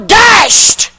dashed